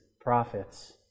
prophets